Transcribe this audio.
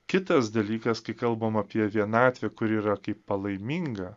kitas dalykas kai kalbam apie vienatvę kuri yra kaip palaiminga